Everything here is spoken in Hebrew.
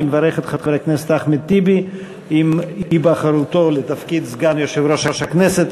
אני מברך את חבר הכנסת אחמד טיבי עם היבחרו לתפקיד סגן יושב-ראש הכנסת.